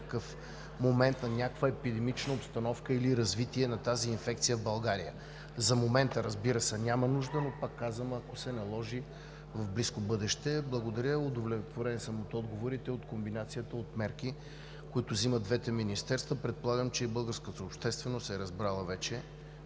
момент на някаква епидемична обстановка или развитие на тази инфекция в България. За момента, разбира се, няма нужда, но, пак казвам, ако се наложи в близко бъдеще. Удовлетворен съм от отговорите, от комбинацията от мерки, които взимат двете министерства. Предполагам, че и българската общественост е разбрала вече